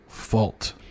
fault